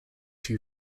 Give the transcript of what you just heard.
two